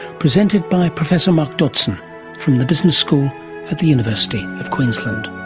presented by professor mark dodgson from the business school at the university of queensland.